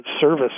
service